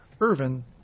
Irvin